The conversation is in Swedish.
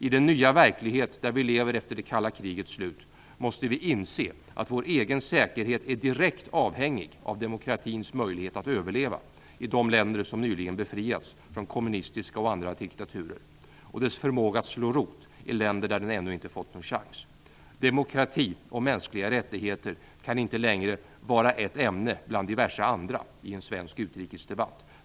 I den nya verklighet där vi lever efter det kalla krigets slut måste vi inse att vår egen säkerhet är direkt avhängig av demokratins möjlighet att överleva i de länder som nyligen befriats från kommunistiska och andra diktaturer och dess förmåga att slå rot i länder där den ännu inte fått någon chans. Demokrati och mänskliga rättigheter kan inte längre vara ett ämne bland diverse andra i en svensk utrikesdebatt.